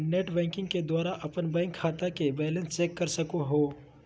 net banking के द्वारा अपन बैंक खाता के बैलेंस चेक कर सको हो